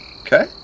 Okay